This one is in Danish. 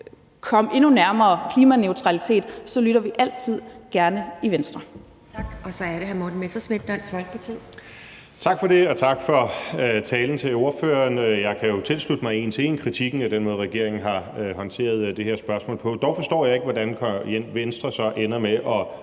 Folkeparti. Kl. 12:18 Morten Messerschmidt (DF): Tak for det, og tak for talen til ordføreren. Jeg kan jo tilslutte mig kritikken en til en af den måde, regeringen har håndteret det her spørgsmål på. Dog forstår jeg ikke, at Venstre så ender med at